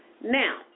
Now